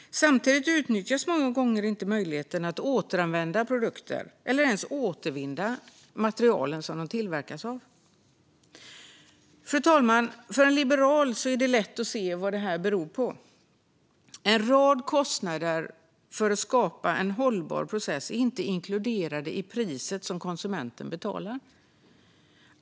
Samtidigt utnyttjas många gånger inte möjligheten att återanvända produkter eller ens återvinna materialen som de tillverkats av. Fru talman! För en liberal är det lätt att se vad detta beror på. En rad kostnader för att skapa en hållbar process är inte inkluderade i priset som konsumenten betalar.